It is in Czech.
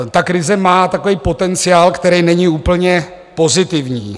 Ta krize má takový potenciál, který není úplně pozitivní.